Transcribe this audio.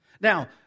Now